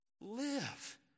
Live